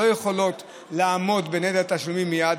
לא יכולות לעמוד בנטל התשלומים מייד,